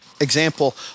Example